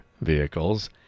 vehicles